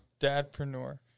dadpreneur